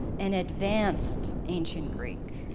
and advanced ancient greek.